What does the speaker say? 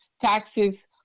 taxes